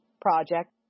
Project